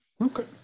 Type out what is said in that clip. Okay